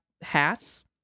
hats